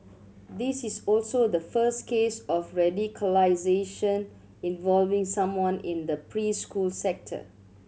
this is also the first case of radicalisation involving someone in the preschool sector